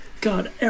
God